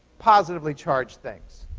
positively-charged things.